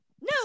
No